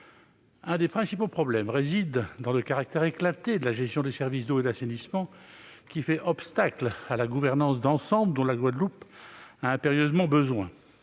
L'un des principaux problèmes réside dans le caractère éclaté de la gestion des services d'eau et d'assainissement, qui fait obstacle à la gouvernance d'ensemble dont la Guadeloupe a impérieusement besoin.